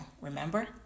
Remember